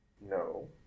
No